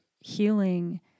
healing